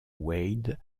wade